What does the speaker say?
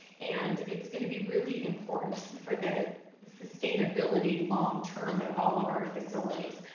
and it's gonna be really important for the the sustainability long-term of all of our facilities.